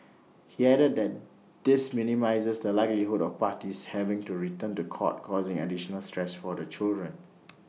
he added that this minimises the likelihood of parties having to return to court causing additional stress for the children